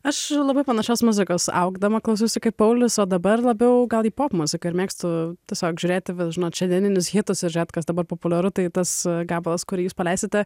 aš labai panašios muzikos augdama klausiausi kaip paulius o dabar labiau gal į popmuziką ir mėgstu tiesiog žiūrėti bet žinot šiandieninius hitus ir žiūrėti kas dabar populiaru tai tas gabalas kurį jūs paleisite